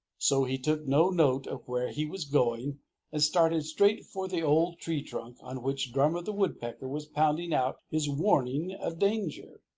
so he took no note of where he was going and started straight for the old tree trunk on which drummer the woodpecker was pounding out his warning of danger.